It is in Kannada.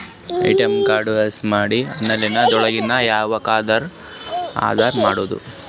ಎ.ಟಿ.ಎಂ ಕಾರ್ಡ್ ಯೂಸ್ ಮಾಡಿ ಆನ್ಲೈನ್ ದೊಳಗೆ ಹೆಂಗ್ ಆರ್ಡರ್ ಮಾಡುದು?